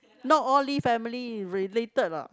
not all lee family related hor